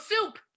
soup